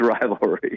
rivalry